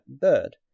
bird